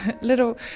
little